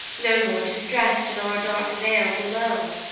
no more distress'd in our dark vale below,